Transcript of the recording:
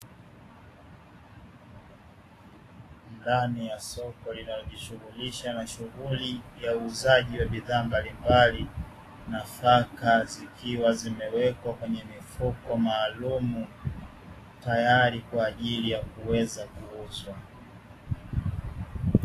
Ndani ya soko linalojishughulisha na shughuli za uuzaji wa bidhaa mbalimbali nafaka zikiwa zimewekwa kwenye mifuko maalumu, tayari kwa ajili ya kuweza kuuzwa.